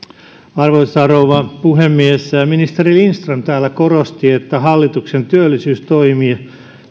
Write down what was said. arvoisa rouva puhemies ministeri lindström täällä korosti että hallituksen työllisyystoimet